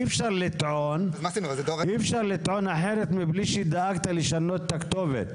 אי אפשר לטעון אחרת מבלי שדאגת לשנות את הכתובת.